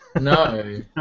No